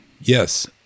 Yes